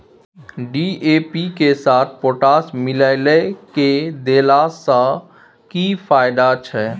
DAP के साथ potash मिललय के देला स की फायदा छैय?